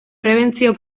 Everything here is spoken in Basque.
prebentzio